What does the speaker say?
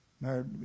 Married